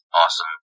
awesome